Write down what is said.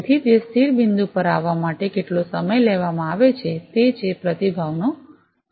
તેથી તે સ્થિર બિંદુ પર આવવા માટે કેટલો સમય લેવામાં આવે છે તે છે પ્રતિભાવનો સમય